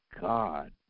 God